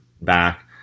back